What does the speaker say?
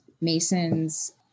Mason's